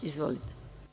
Izvolite.